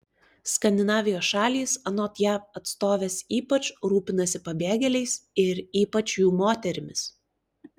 skandinavijos šalys anot jav atstovės ypač rūpinasi pabėgėliais ir ypač jų moterimis